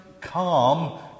calm